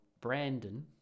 brandon